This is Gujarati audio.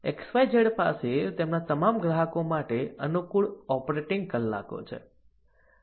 XYZ પાસે તેમના તમામ ગ્રાહકો માટે અનુકૂળ ઓપરેટિંગ કલાકો છે